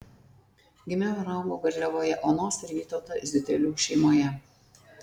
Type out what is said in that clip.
gimiau ir augau garliavoje onos ir vytauto ziutelių šeimoje